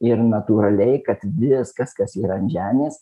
ir natūraliai kad viskas kas yra ant žemės